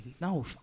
No